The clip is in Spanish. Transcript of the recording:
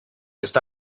esta